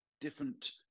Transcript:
different